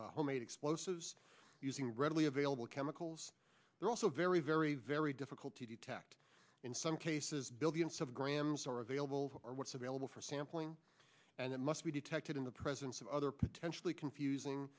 it's homemade explosives using readily available chemicals they're also very very very difficult to detect in some cases billions of grams are available or what's available for sampling and it must be detected in the presence of other potentially confusing